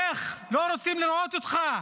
לך, לא רוצים לראות אותך.